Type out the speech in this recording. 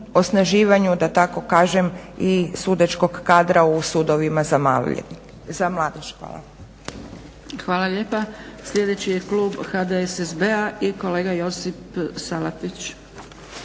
osnaživanju da tako kažem i sudačkog kadra u sudovima za mladež. Hvala. **Zgrebec, Dragica (SDP)** Hvala lijepa. Sljedeći je klub HDSSB-a i kolega Josip Salapić.